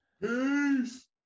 Peace